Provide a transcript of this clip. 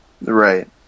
Right